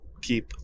keep